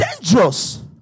dangerous